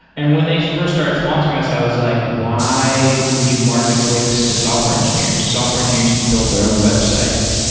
and when they first started sponsoring us, i was like why would you market wix to software engineers? software engineers can build their own websites.